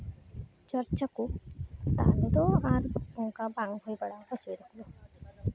ᱪᱚᱨᱪᱟ ᱠᱚ ᱛᱟᱦᱚᱞᱮ ᱫᱚ ᱟᱨ ᱚᱱᱠᱟ ᱵᱟᱝ ᱦᱩᱭ ᱵᱟᱲᱟᱜᱼᱟ ᱚᱥᱩᱵᱤᱫᱷᱟ ᱫᱚ